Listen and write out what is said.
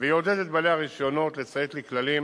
ויעודד את בעלי הרשיונות לציית לכללים